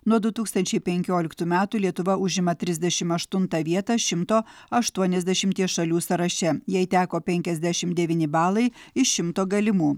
nuo du tūkstančiai penkioliktų metų lietuva užima trisdešimt aštuntą vietą šimto aštuoniasdešimties šalių sąraše jai teko penkiasdešimt devyni balai iš šimto galimų